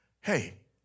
Hey